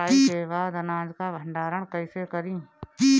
कटाई के बाद अनाज का भंडारण कईसे करीं?